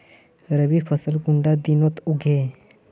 रवि फसल कुंडा दिनोत उगैहे?